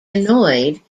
annoyed